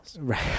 right